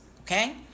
Okay